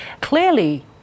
clearly